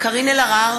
קארין אלהרר,